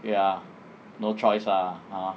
ya no choice ah